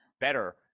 better